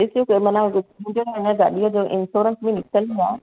ॾिसिजो माना मुंहिंजी गाॾीअ जो इंशोरंस बि निकितलु ई आहे